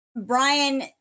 Brian